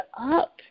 up